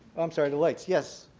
oh, i'm sorry. the lights. yes.